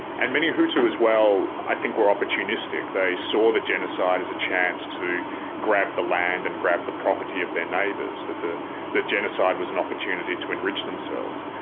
and many hutu, as well, i think were opportunistic. they saw the genocide as a chance to grab the land and grab the property of their neighbours. the the genocide was an opportunity to enrich themselves.